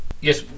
Yes